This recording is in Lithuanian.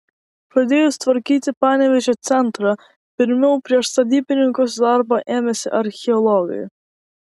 pradėjus tvarkyti panevėžio centrą pirmiau prieš statybininkus darbo ėmėsi archeologai